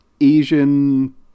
Asian